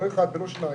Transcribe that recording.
לא אחד ולא שניים,